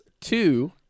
two